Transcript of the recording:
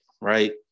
right